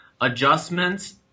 adjustments